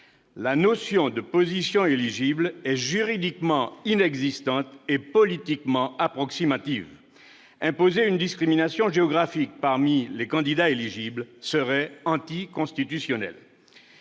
La notion de position éligible est juridiquement inexistante et politiquement approximative. Imposer une discrimination géographique parmi les candidats éligibles serait anticonstitutionnel.